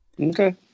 Okay